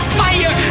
fire